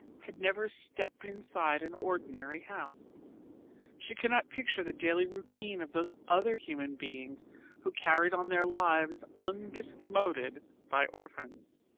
had never stepped inside an ordinary house she could not picture the daily routine of those other human beings who carried on their lives undiscommoded by orphans.